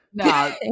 No